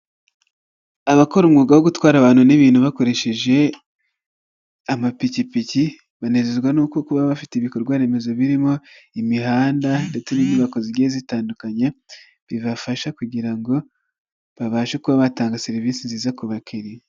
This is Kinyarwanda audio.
Abakora umwuga wo gutwara abantu n'ibintu bakoresheje amapikipiki banezezwa nuko kuba bafite ibikorwaremezo birimo imihanda ndetse n'inyubako zigiye zitandukanye bibafasha kugira ngo babashe kuba batanga serivisi nziza ku bakiriya.